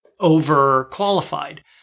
overqualified